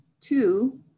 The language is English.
two